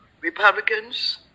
Republicans